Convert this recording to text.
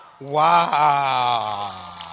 Wow